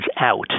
out